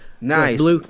Nice